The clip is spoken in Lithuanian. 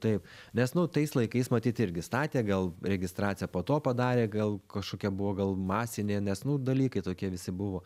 taip nes nu tais laikais matyt irgi statė gal registraciją po to padarė gal kažkokia buvo gal masinė nes nu dalykai tokie visi buvo